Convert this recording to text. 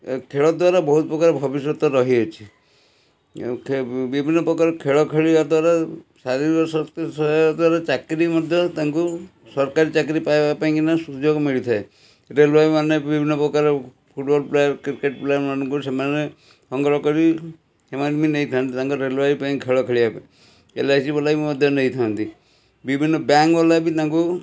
ଏ ଖେଳ ଦ୍ଵାରା ବହୁତ ପ୍ରକାର ଭବିଷ୍ୟତ ରହିଅଛି ବିଭିନ୍ନ ପ୍ରକାର ଖେଳ ଖେଳିବା ଦ୍ଵାରା ଶାରୀରିକ ସ୍ୱାସ୍ଥ୍ୟ ସହାୟତା କରେ ଚାକିରି ମଧ୍ୟ ତାଙ୍କୁ ସରକାରୀ ଚାକିରି ପାଇବା ପାଇଁକିନା ସୁଯୋଗ ମିଳିଥାଏ ରେଲୱେ ମାନେ ବିଭିନ୍ନ ପ୍ରକାର ଫୁଟ୍ବଲ୍ ପ୍ଲେୟାର୍ କ୍ରିକେଟ୍ ପ୍ଲେୟାରମାନଙ୍କୁ ସେମାନେ ସଂଗ୍ରହ କରି ସେମାନେ ବି ନେଇଥାନ୍ତି ତାଙ୍କର ରେଲୱେ ପାଇଁ ଖେଳ ଖେଳିଆ ପାଇଁ ଏଲ୍ ଆଇ ସି ପାଇଁ ମଧ୍ୟ ନେଇଥାନ୍ତି ବିଭିନ୍ନ ବ୍ୟାଙ୍କବାଲା ବି ତାଙ୍କୁ